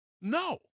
no